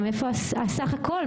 איפה הסך-הכול,